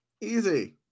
Easy